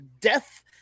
death